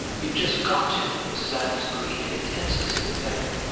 you've just got to! mrs. adams agreed, intensely sympathetic.